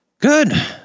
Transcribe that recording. Good